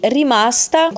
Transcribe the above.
rimasta